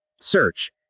search